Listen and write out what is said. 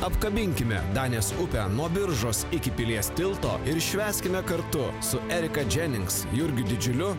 apkabinkime danės upę nuo biržos iki pilies tilto ir švęskime kartu su erika dženings jurgiu didžiuliu